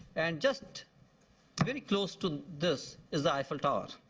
and just very close to this is eiffel tower.